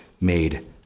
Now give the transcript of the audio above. made